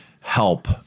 help